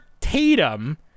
Tatum